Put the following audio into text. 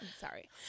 sorry